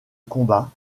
combat